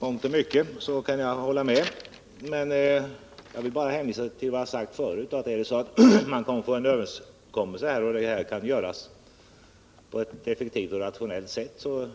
I mångt och mycket kan jag hålla med Mona S:t Cyr, men jag vill hänvisa till vad jag sagt förut: Ifall man kan få en överenskommelse här om att det kan göras på ett effektivt och rationellt sätt, skall